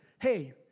hey